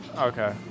Okay